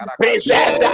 present